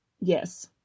Yes